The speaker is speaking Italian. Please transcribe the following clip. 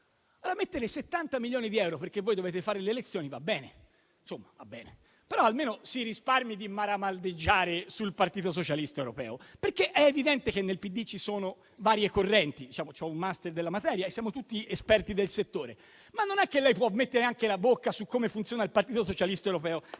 Allora, mettere 70 milioni di euro perché voi dovete fare le elezioni, va bene; insomma, non tanto. Almeno, però, si risparmi di maramaldeggiare sul Partito socialista europeo. È evidente che nel PD ci sono varie correnti - ho un *master* in materia e siamo tutti esperti del settore - ma non può mettere la bocca anche su come funziona il Partito socialista europeo.